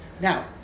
Now